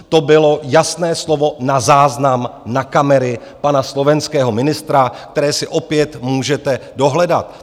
To bylo jasné slovo na záznam na kamery pana slovenského ministra, které si opět můžete dohledat.